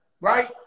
right